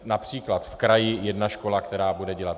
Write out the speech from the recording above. Například v kraji jedna škola, která to bude dělat.